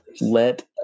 let